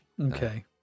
Okay